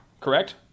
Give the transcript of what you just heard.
correct